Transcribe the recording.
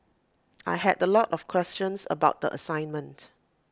I had the lot of questions about the assignment